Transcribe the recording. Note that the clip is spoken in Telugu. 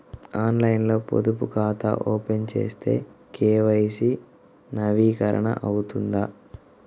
ఆన్లైన్లో పొదుపు ఖాతా ఓపెన్ చేస్తే కే.వై.సి నవీకరణ అవుతుందా?